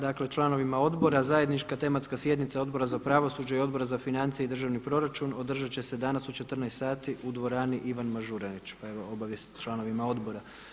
Dakle, članovima odbora zajednička tematska sjednica Odbora za pravosuđa i Odbora za financije i državni proračun održat će se danas u 14 sati u dvorani Ivan Mažuranić, pa evo obavijest članovima odbora.